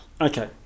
Okay